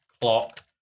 clock